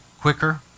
quicker